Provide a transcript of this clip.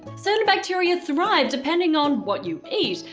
certain bacteria thrive depending on what you eat,